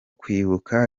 kwibuka